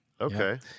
Okay